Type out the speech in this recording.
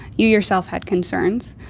you yourself had concerns,